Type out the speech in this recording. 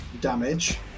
damage